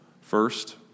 First